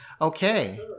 Okay